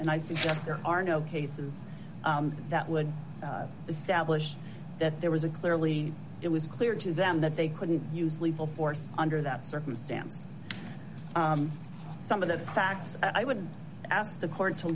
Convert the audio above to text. and i suggest there are no cases that would establish that there was a clearly it was clear to them that they couldn't use lethal force under that circumstance some of the facts i would ask the court to